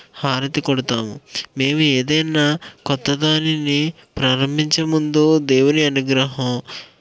హారతి కొడతాము మేము ఏదైనా కొత్త దానిని ప్రారంభించే ముందు దేవుని అనుగ్రహం